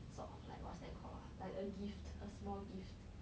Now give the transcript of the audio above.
sort of like what's that called ah like a gift a small gift